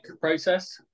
process